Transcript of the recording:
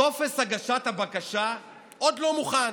טופס הגשת הבקשה עוד לא מוכן.